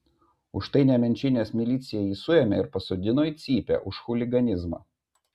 už tai nemenčinės milicija jį suėmė ir pasodino į cypę už chuliganizmą